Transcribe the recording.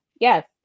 Yes